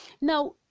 now